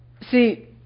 See